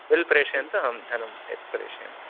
bill प्रेषयन्तु अहं धनं यत् प्रेषयामि